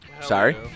Sorry